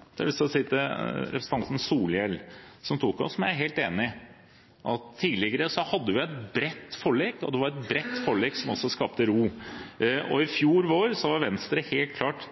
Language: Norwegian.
har jeg lyst til å si til representanten Solhjell at jeg er helt enig med ham i at tidligere hadde man et bredt forlik, og at det var et bredt forlik som også skapte ro. I fjor vår var Venstre helt klart